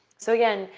so again,